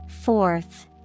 Fourth